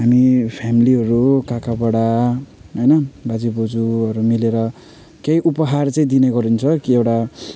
हामी फ्यामिलीहरू हो काका बडा होइन बाजेबोजुहरू मिलेर केही उपहार चाहिँ दिने गरिन्छ कि एउटा